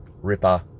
Ripper